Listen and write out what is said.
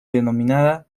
denominada